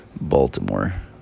Baltimore